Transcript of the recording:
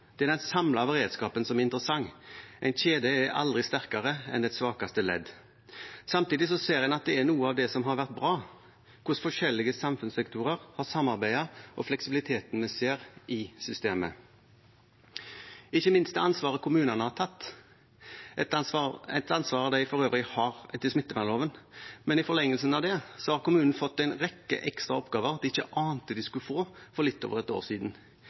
Det må følges opp. Det er den samlede beredskapen som er interessant. En kjede er aldri sterkere enn dens svakeste ledd. Samtidig ser en at noe av det som har vært bra, er hvordan forskjellige samfunnssektorer har samarbeidet, og fleksibiliteten vi ser i systemet. Ikke minst ser vi det i det ansvaret kommunene har tatt. Det er et ansvar de for øvrig har etter smittevernloven, men i forlengelsen av det har kommunene fått en rekke ekstra oppgaver de ikke ante at de skulle få for litt over et år siden.